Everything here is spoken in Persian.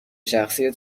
شخصی